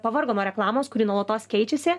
pavargo nuo reklamos kuri nuolatos keičiasi